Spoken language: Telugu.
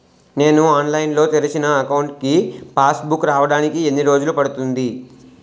నేను ఆన్లైన్ లో తెరిచిన అకౌంట్ కి పాస్ బుక్ రావడానికి ఎన్ని రోజులు పడుతుంది?